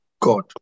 God